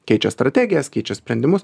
keičia strategijas keičia sprendimus